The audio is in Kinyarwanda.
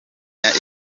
myanya